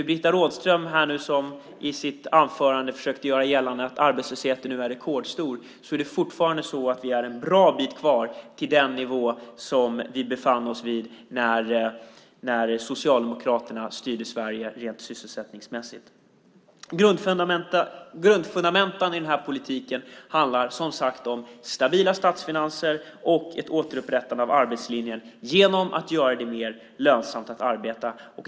Britta Rådström försökte i sitt anförande göra gällande att arbetslösheten är rekordstor. Vi har fortfarande en bra bit kvar till den nivå vi befann oss på när Socialdemokraterna styrde Sverige. Grundfundamenten i vår politik handlar som sagt om stabila statsfinanser och ett återupprättande av arbetslinjen genom att göra det mer lönsamt att arbeta.